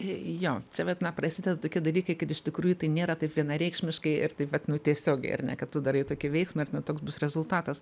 jo čia vat na prasideda tokie dalykai kad iš tikrųjų tai nėra taip vienareikšmiškai ir taip vat nu tiesiogiai ar ne kad tu darai tokį veiksmą ir nu toks bus rezultatas